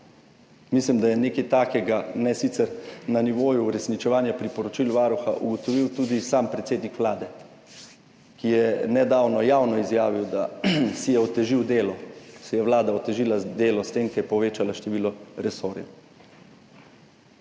Mislim, da je nekaj takega, ne sicer na nivoju uresničevanja priporočil Varuha, ugotovil tudi sam predsednik Vlade, ki je nedavno javno izjavil, da si je otežil delo, vlada si je otežila delo s tem, ko je povečala število resorjev.